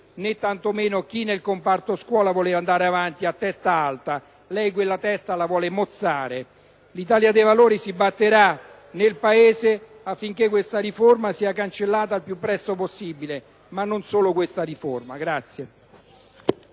ne´ tanto meno chi nel comparto scuola vuole andare avanti a testa alta. Lei quella testa la vuole mozzare. L’Italia dei Valori si battera nel Paese affinche´ questa riforma sia cancellata il piu` presto possibile. Ma non solo questa riforma.